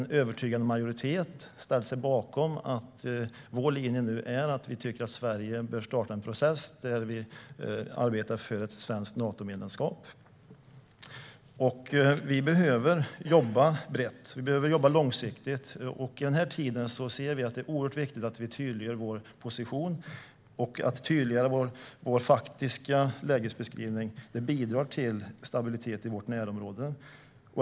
En övertygande majoritet i vårt parti har ställt sig bakom att vår linje nu är att vi tycker att Sverige bör starta en process där vi arbetar för ett svenskt Natomedlemskap. Vi behöver jobba brett och långsiktigt. I den här tiden är det oerhört viktigt att vi tydliggör vår position. Att tydliggöra vår faktiska lägesbeskrivning bidrar till stabilitet i vårt närområde.